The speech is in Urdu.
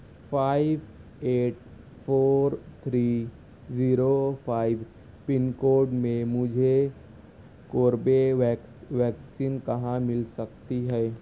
five eight four three zero five pin code میں مجھے کوربیویکس ویکسین کہاں مل سکتی ہے